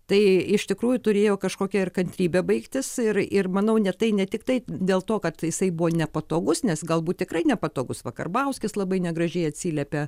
tai iš tikrųjų turėjo kažkokia ir kantrybė baigtis ir ir manau ne tai ne tiktai dėl to kad jisai buvo nepatogus nes galbūt tikrai nepatogusva karbauskis labai negražiai atsiliepė